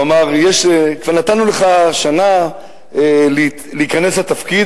הוא אמר: כבר נתַנו לך שנה להיכנס לתפקיד,